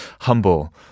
humble